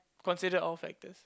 consider all factors